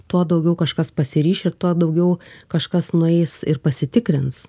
tuo daugiau kažkas pasiryš ir tuo daugiau kažkas nueis ir pasitikrins